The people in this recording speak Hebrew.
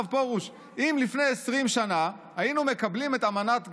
הרב פרוש: אם לפני 20 שנה היינו מקבלים את אמנת גביזון-מדן,